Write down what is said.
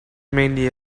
mainly